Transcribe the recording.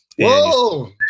Whoa